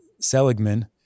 Seligman